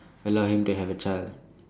allow him to have a child